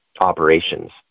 operations